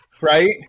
Right